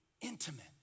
intimate